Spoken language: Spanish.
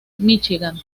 michigan